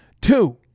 Two